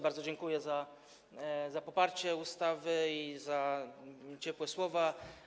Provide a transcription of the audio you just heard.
Bardzo dziękuję za poparcie ustawy i za ciepłe słowa.